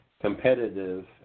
competitive